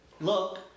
Look